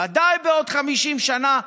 ודאי בעוד 50 שנה,